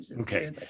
Okay